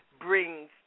brings